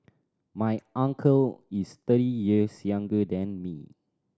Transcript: my uncle is thirty years younger than me